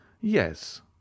yes